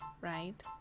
right